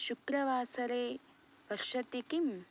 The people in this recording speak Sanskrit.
शुक्रवासरे वर्षति किम्